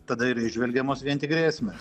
tada ir įžvelgiamos vien tik grėsmės